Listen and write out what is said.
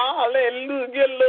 Hallelujah